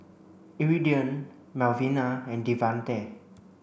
Iridian Melvina and Devante